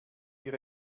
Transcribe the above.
wir